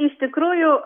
iš tikrųjų